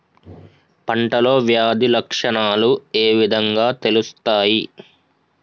పంటలో వ్యాధి లక్షణాలు ఏ విధంగా తెలుస్తయి?